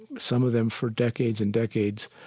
some of them for decades and decades,